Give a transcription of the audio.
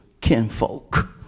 kinfolk